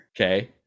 Okay